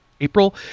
April